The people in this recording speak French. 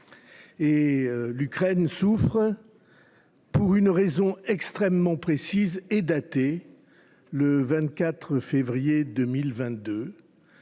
L’Ukraine souffre pour une raison extrêmement précise et datée : le 24 février 2022,